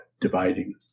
dividing